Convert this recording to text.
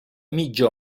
mitja